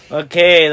okay